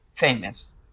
Famous